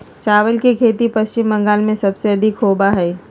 चावल के खेती पश्चिम बंगाल में सबसे अधिक होबा हई